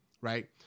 right